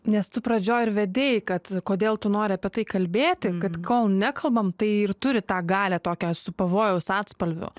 nes tu pradžioj ir vedei kad kodėl tu nori apie tai kalbėti kad kol nekalbam tai ir turi tą galią tokią su pavojaus atspalviu